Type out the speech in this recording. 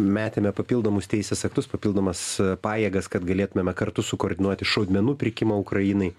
metėme papildomus teisės aktus papildomas pajėgas kad galėtumėme kartu sukoordinuoti šaudmenų pirkimą ukrainai